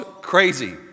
crazy